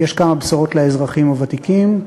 יש כמה בשורות לאזרחים הוותיקים,